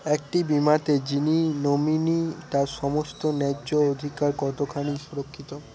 একটি বীমাতে যিনি নমিনি তার সমস্ত ন্যায্য অধিকার কতখানি সুরক্ষিত?